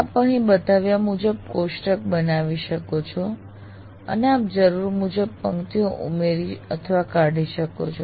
આપ અહીં બતાવ્યા મુજબ કોષ્ટક બનાવી શકો છો અને આપ જરૂર મુજબ પંક્તિઓ ઉમેરી અથવા કાઢી શકો છો